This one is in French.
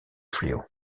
fléau